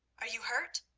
are you hurt?